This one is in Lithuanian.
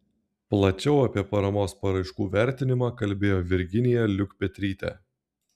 plačiau apie paramos paraiškų vertinimą kalbėjo virginija liukpetrytė